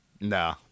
No